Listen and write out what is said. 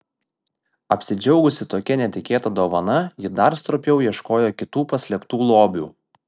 apsidžiaugusi tokia netikėta dovana ji dar stropiau ieškojo kitų paslėptų lobių